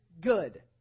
good